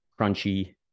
crunchy